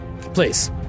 Please